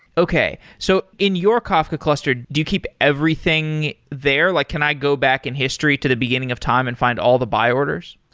okay. so in your kafka cluster, do you keep everything there? like can i go back in history to the beginning of time and find all the buy orders?